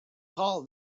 call